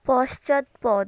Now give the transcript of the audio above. পশ্চাৎপদ